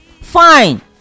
Fine